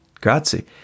Grazie